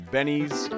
Benny's